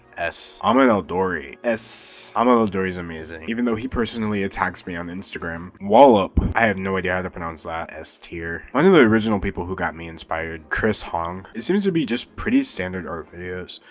s. ahmed aldoori. s. ahmed aldoori's amazing. even though he personally attacks me on instagram. wlop. i have no idea how to pronounce that. s tier. one of the original people who got me inspired. chris hong. it seems to be just pretty standard art videos.